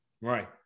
Right